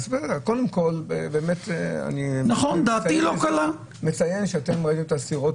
אז קודם כל באמת אני מציין שאתם ראיתם את הסתירות